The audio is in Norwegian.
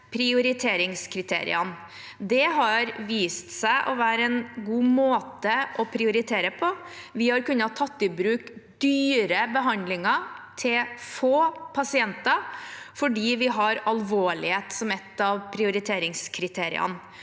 prioriteringskriteriene. Det har vist seg å være en god måte å prioritere på. Vi har kunnet ta i bruk dyre behandlinger til få pasienter fordi vi har alvorlighet som et av prioriteringskriteriene.